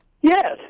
Yes